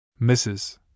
Mrs